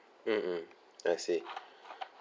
mmhmm I see